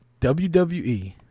WWE